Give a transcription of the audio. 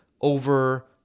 over